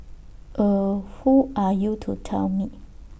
eh who are you to tell me